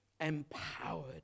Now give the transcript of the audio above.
empowered